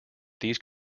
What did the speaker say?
these